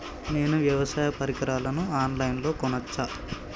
నేను వ్యవసాయ పరికరాలను ఆన్ లైన్ లో కొనచ్చా?